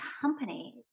company